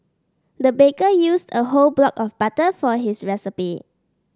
the baker used a whole block of butter for this recipe